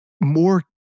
more